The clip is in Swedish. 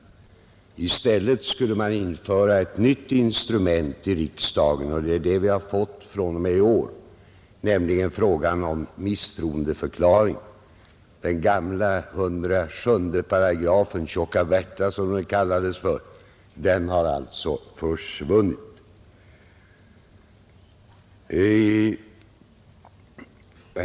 I stället skulle man införa ett nytt instrument i riksdagen, och det är det vi har fått fr.o.m., i år, nämligen misstroendeförklaring. Den gamla § 107 — Tjocka Bertha som den kallades — har alltså försvunnit.